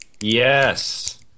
Yes